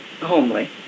homely